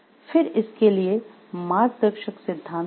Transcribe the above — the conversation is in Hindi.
फिर इसके लिए मार्गदर्शक सिद्धांत क्या हैं